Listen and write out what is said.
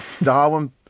Darwin